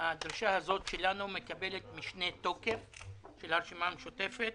הדרישה הזאת שלנו מקבלת משנה תוקף של הרשימה המשותפת